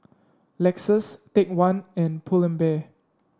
Lexus Take One and Pull and Bear